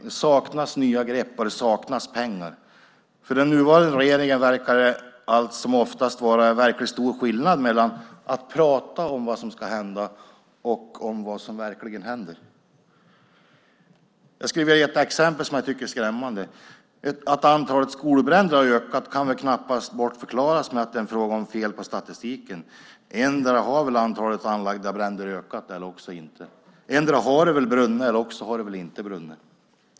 Det saknas nya grepp, och det saknas pengar. För den nuvarande regeringen verkar det allt som oftast vara stor skillnad mellan att prata om vad som ska hända och att prata om vad som verkligen händer. Jag skulle vilja ge ett exempel som jag tycker är skrämmande. Att antalet skolbränder har ökat kan knappast bortförklaras med att det är fel på statistiken. Endera har antalet anlagda bränder ökat eller så har det inte gjort det. Endera har det brunnit eller så har det inte brunnit.